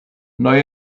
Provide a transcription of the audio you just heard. neu